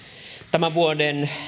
tämän vuoden